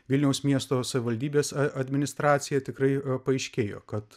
vilniaus miesto savivaldybės administracija tikrai paaiškėjo kad